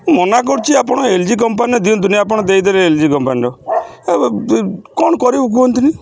ମୁଁ ମନା କରୁଛି ଆପଣ ଏଲ୍ ଜି କମ୍ପାନୀର ଦିଅନ୍ତୁନି ଆପଣ ଦେଇଦେଲେ ଏଲ୍ ଜି କମ୍ପାନୀର କ'ଣ କରିବୁ କୁହନ୍ତିନି